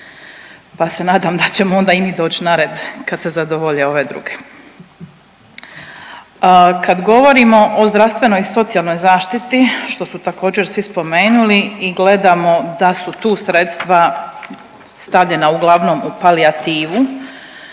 pa se nadam da ćemo onda i mi doć na red kad se zadovolje ove druge. Kad govorimo o zdravstvenoj i socijalnoj zaštiti što su također svi spomenuli i gledamo da su tu sredstva stavljena uglavnom u palijativu,